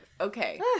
Okay